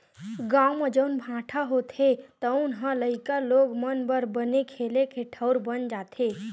गाँव म जउन भाठा होथे तउन ह लइका लोग मन बर बने खेले के ठउर बन जाथे